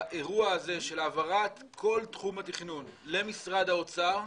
באירוע הזה של העברת כל תחום התכנון למשרד האוצר,